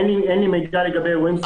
אין לי מידע לגבי אירועים ספציפיים.